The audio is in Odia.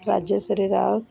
ରାଜଶ୍ରୀ ରାଓ